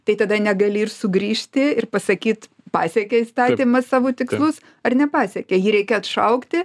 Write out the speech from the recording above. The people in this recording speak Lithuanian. tai tada negali ir sugrįžti ir pasakyt pasiekė įstatymas savo tikslus ar nepasiekė jį reikia atšaukti